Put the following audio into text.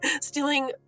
Stealing